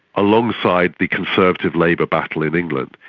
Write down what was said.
alongside the conservative-labour battle in england,